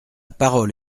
parole